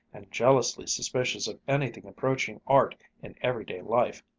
and jealously suspicious of anything approaching art in everyday life,